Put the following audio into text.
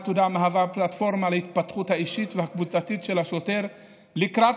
העתודה מהווה פלטפורמה להתפתחות האישית והקבוצתית של השוטר לקראת